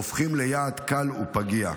הופכים ליעד קל ופגיע.